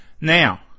now